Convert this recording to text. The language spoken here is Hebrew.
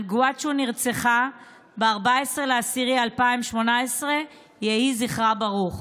אנגוואץ' נרצחה ב-14 באוקטובר 2018. יהי זכרה ברוך.